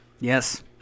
Yes